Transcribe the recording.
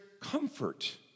comfort